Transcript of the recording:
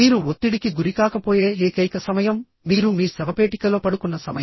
మీరు ఒత్తిడికి గురికాకపోయే ఏకైక సమయం మీరు మీ శవపేటికలో పడుకున్న సమయం